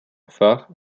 phare